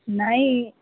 ନାଇଁ